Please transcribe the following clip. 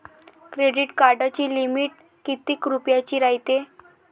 Credit कार्डाची limit कितीक रुपयाची रायते?